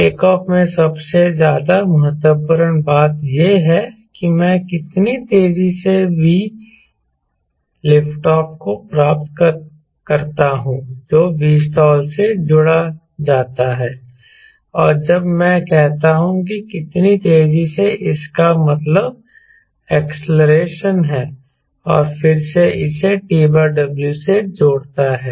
takeoff में सबसे ज्यादा महत्वपूर्ण बात यह है कि मैं कितनी तेजी से VLO को प्राप्त करता हूं जो Vstall से जुड़ जाता है और जब मैं कहता हूं कि कितनी तेजी से इसका मतलब एक्सेलेरेशन है जो फिर से इसे TW से जोड़ता है